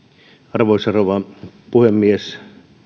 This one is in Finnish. arvoisa rouva puhemies